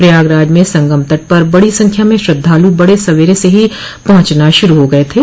प्रयागराज में संगम तट पर बड़ी संख्या में श्रद्धालु बड़े सबेरे से ही पहुंचना शुरू हो गये थे